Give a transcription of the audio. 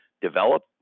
develop